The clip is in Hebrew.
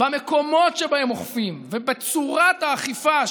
במקומות שבהם אוכפים ובצורת האכיפה,